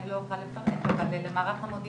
לא אוכל לפרט יותר מדי אבל למערך המודיעין